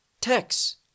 text